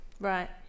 Right